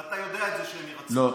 ואתה יודע את זה שהם יירצחו.